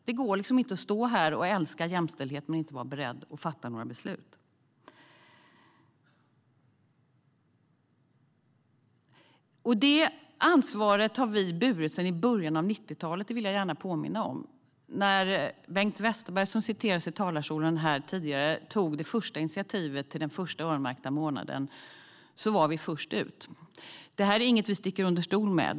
Det går liksom inte att stå här och älska jämställdhet men inte vara beredd att fatta några beslut. Det ansvaret har vi burit sedan början av 90-talet - det vill jag gärna påminna om. När Bengt Westerberg, som citerades i talarstolen tidigare, tog initiativ till den första öronmärkta månaden var vi först ut. Det är inget vi sticker under stol med.